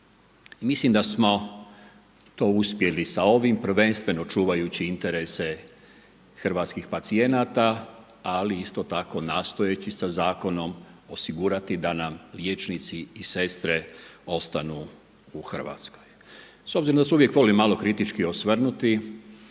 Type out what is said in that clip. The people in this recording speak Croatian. Mislim da smo to uspjeli sa ovim prvenstveno čuvajući interese hrvatskih pacijenata, ali isto tako nastojeći sa zakonom osigurati da nam liječnici i sestre ostanu u Hrvatskoj. S obzirom da se uvijek volim malo kritički osvrnuti